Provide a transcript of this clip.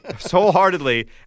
wholeheartedly